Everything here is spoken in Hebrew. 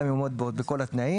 גם אם הוא עומד בכל התנאים,